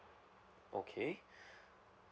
okay